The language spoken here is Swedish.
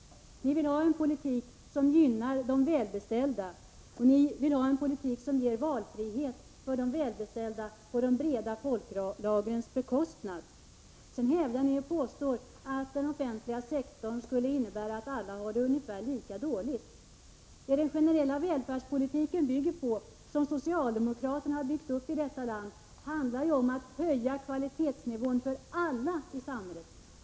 Ni vill ha en politik som gynnar de välbeställda och en politik som ger valfrihet för de välbeställda på de breda folklagrens bekostnad. Sedan hävdar ni att den offentliga sektorn medför att alla har det ungefär lika dåligt. Men den generella välfärdspolitik som socialdemokraterna har byggt upp här i landet handlar om att höja kvalitetsnivån för alla i samhället.